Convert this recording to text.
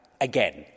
again